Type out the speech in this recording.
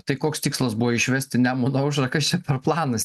tai koks tikslas buvo išvesti nemuno aušrą kas čia per planas